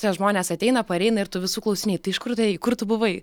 tie žmonės ateina pareina ir tų visų klausinėti iš kur tu ėjai kur tu buvai